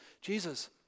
Jesus